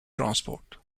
transport